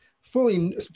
Fully